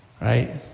Right